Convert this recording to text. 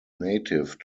native